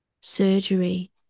surgery